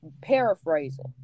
Paraphrasing